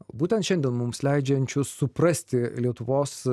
būtent šiandien mums leidžiančius suprasti lietuvos